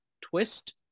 twist